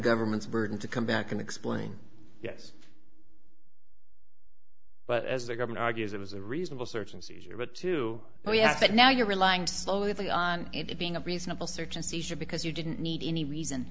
government's burden to come back and explain yes but as the government argues it was a reasonable search and seizure to oh yes but now you're relying slowly on it being a reasonable search and seizure because you didn't need any reason